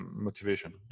motivation